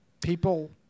people